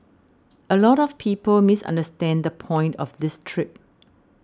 a lot of people misunderstand the point of this trip